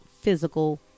physical